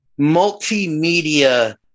multimedia